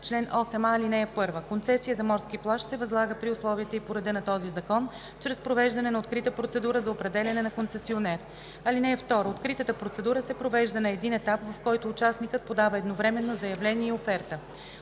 плаж Чл. 8а. (1) Концесия за морски плаж се възлага при условията и по реда на този закон чрез провеждане на открита процедура за определяне на концесионер. (2) Откритата процедура се провежда на един етап, в който участникът подава едновременно заявление и оферта.